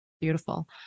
Beautiful